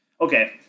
Okay